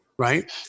right